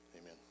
Amen